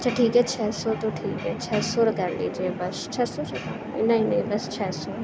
اچھا ٹھیک ہے چھ سو تو ٹھیک ہے چھ سو کر لیجیے بس چھ سو نہیں نہیں بس چھ سو